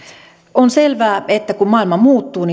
on selvää että kun maailma muuttuu